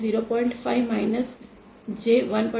5 J1